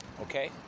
okay